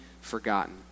forgotten